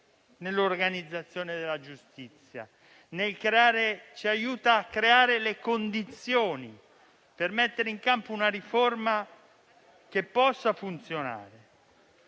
nell'organizzazione della giustizia, ci aiuta a creare le condizioni per mettere in campo una riforma che possa funzionare.